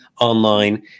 online